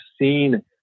seen